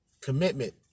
Commitment